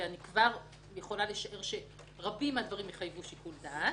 ואני כבר יכולה לשער שרבים מהדברים יחייבו שיקול דעת,